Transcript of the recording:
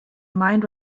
mind